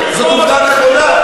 זאת עובדה נכונה.